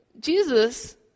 Jesus